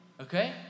okay